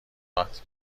وقتی